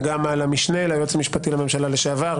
וגם המשנה ליועץ המשפטי לממשלה לשעבר,